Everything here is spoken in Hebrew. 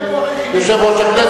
ואם יש צורך ילכו למשטרה,